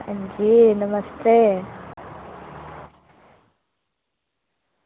अंजी नमस्ते